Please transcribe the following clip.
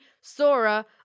Sora